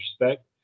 respect